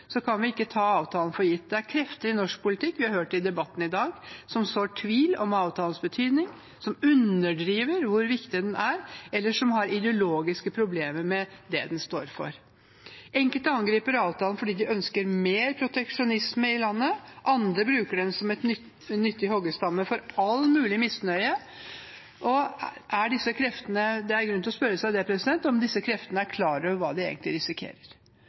kan vi ikke ta avtalen for gitt. Det er krefter i norsk politikk – vi har hørt det i debatten i dag – som sår tvil om avtalens betydning, som underdriver hvor viktig den er, eller som har ideologiske problemer med det den står for. Enkelte angriper avtalen fordi de ønsker mer proteksjonisme i landet. Andre bruker den som en nyttig hoggestabbe for all mulig misnøye. Det er grunn til å spørre seg om disse kreftene er klar over hva de egentlig risikerer.